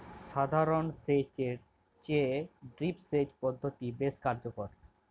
সাধারণ সেচ এর চেয়ে ড্রিপ সেচ পদ্ধতি বেশি কার্যকর